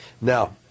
Now